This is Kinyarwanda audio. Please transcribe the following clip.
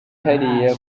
hariya